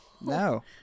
no